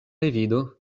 revido